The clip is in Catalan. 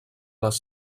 les